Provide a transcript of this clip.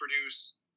produce